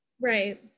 Right